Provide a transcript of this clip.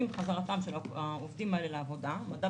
עם חזרתם של העובדים האלה לעבודה מדד